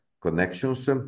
connections